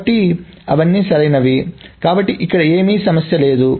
కాబట్టి అవన్నీ సరైనవి కాబట్టి ఇక్కడ ఏమీ సమస్య లేదు